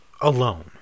alone